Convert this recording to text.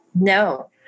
No